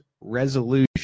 Resolution